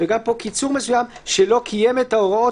וגם פה קיצור מסוים שלא קיים את ההוראות